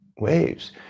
Waves